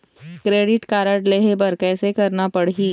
Credit card लेहे बर कैसे करना पड़ही?